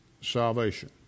salvation